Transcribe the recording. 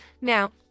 Now